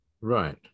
right